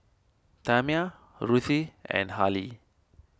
Tamia Ruthie and Harlie